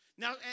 Now